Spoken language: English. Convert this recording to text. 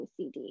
OCD